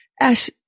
Ash